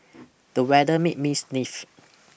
the weather made me sniff